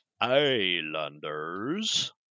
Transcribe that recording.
Islanders